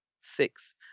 six